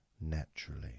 Naturally